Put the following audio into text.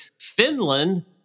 Finland